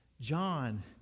John